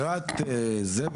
נקרא לילד בשמו